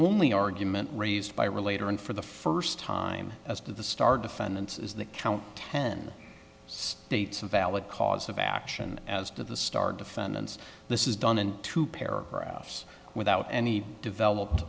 only argument raised by relator and for the first time as to the star defendants is that count ten states a valid cause of action as did the star defendants this is done in two paragraphs without any developed